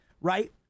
right